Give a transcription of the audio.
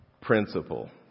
principle